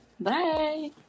Bye